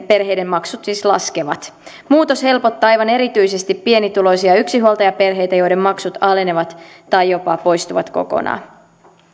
perheiden maksut siis laskevat muutos helpottaa aivan erityisesti pienituloisia yksinhuoltajaperheitä joiden maksut alenevat tai jopa poistuvat kokonaan